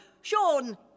Sean